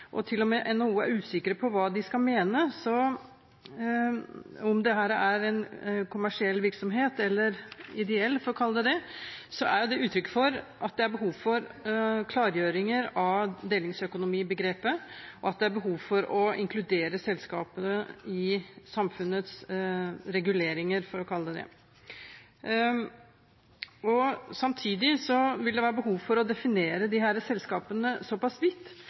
og til og med NHO er usikre på hva de skal mene, om dette er en kommersiell virksomhet eller en ideell, for å kalle det det, er det uttrykk for at det er behov for en klargjøring av begrepet «delingsøkonomi», og at det er behov for å inkludere selskapene i samfunnets reguleringer, for å kalle det det. Samtidig vil det være behov for å definere disse selskapene såpass vidt